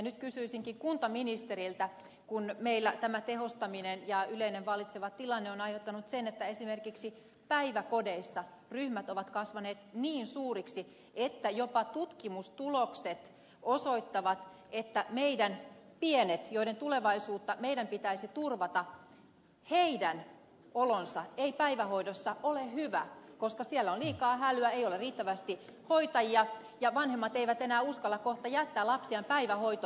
nyt kysyisinkin kuntaministeriltä kun meillä tämä tehostaminen ja yleinen vallitseva tilanne on aiheuttanut sen että esimerkiksi päiväkodeissa ryhmät ovat kasvaneet niin suuriksi että jopa tutkimustulokset osoittavat että meidän pienten joiden tulevaisuutta meidän pitäisi turvata olo ei päivähoidossa ole hyvä koska siellä on liikaa hälyä ei ole riittävästi hoitajia ja vanhemmat eivät enää uskalla kohta jättää lapsiaan päivähoitoon